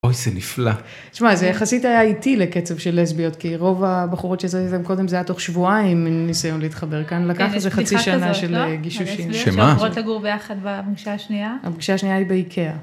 אוי, זה נפלא. תשמע, זה יחסית היה איטי לקצב של לסביות, כי רוב הבחורות שעשיתם קודם, זה היה תוך שבועיים מן הניסיון להתחבר. כאן לקח איזה חצי שנה של גישושים. שמה? לגור ביחד במקשה השנייה. המקשה השנייה היא באיקאה.